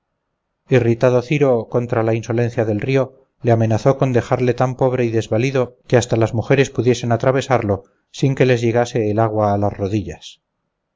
corriente irritado ciro contra la insolencia del río le amenazó con dejarle tan pobre y desvalido que hasta las mujeres pudiesen atravesarlo sin que les llegase el agua a las rodillas